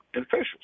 officials